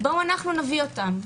אנחנו נביא אותם,